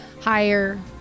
higher